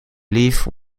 leave